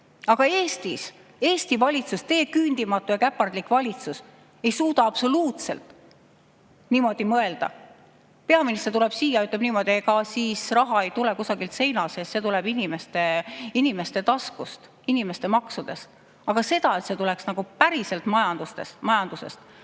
Aga Eestis! Eesti valitsus, see küündimatu ja käpardlik valitsus ei suuda absoluutselt niimoodi mõelda. Peaminister tuleb siia ja ütleb niimoodi, et ega siis raha ei tule kuskilt seinast, see tuleb inimeste taskust, inimeste maksudest. Aga seda, et see tuleks nagu päriselt majandusest – no